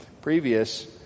previous